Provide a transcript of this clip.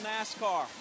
nascar